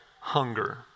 hunger